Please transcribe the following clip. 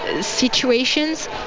situations